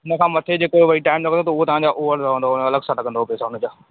हिन खां मथे जेको भई टाइम लॻंदो उहो तव्हांजा ओवर रहंदुव अलॻि सां लॻंदा पैसा हुनजा